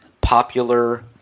popular